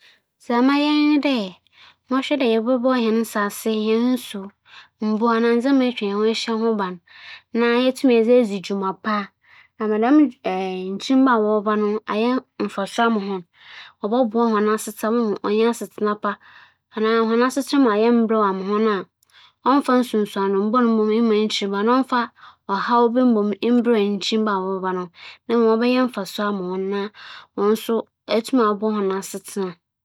Sɛ menya akwanya mokͻ mfe eduonum a abasin mu a, dza mebedzi kan ayɛ nye dɛ, medze hͻn skuulsɛm bͻtoto sesei dze a yehu no ho. ͻtͻ do ebien, mobͻhwɛ mbrɛ nna wosi som Nyame fa, dɛ mbrɛ seseiara ͻsom ahorow agye ntsin wͻ ha no, dɛmara so na nna ͻtse anaa? ͻtͻ do ebiasa mobͻhwɛ mbrɛ nna wosi wosiesie hͻnho fa, ana nna hͻn afadze tse dɛn?